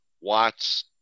Watts